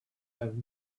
have